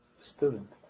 student